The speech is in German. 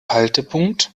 haltepunkt